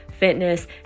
Fitness